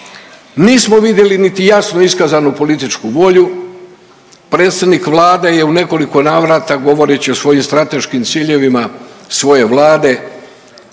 nismo vidjeli niti jasno iskazanu političku volju. Predsjednik Vlade je u nekoliko navrata govoreći o svojim strateškim ciljevima svoje Vlade